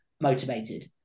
motivated